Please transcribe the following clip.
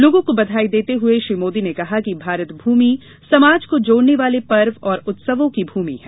लोगों को बधाई देते हुए श्री मोदी ने कहा कि भारत भूमि समाज को जोड़ने वाले पर्व और उत्सवों की भूमि है